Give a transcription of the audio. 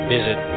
Visit